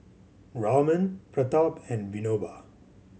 Raman Pratap and Vinoba